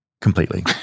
Completely